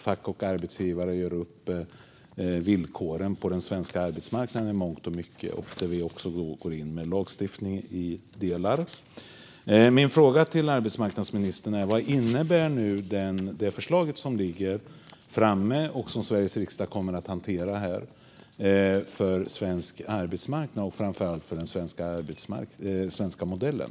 Fack och arbetsgivare gör i mångt och mycket upp villkoren på den svenska arbetsmarknaden. Vi går också in med lagstiftning i vissa delar. Min fråga till arbetsmarknadsministern är vad förslaget, som har lagts fram och som Sveriges riksdag kommer att hantera, innebär för svensk arbetsmarknad och framför allt för den svenska modellen.